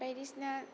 बायदि सिना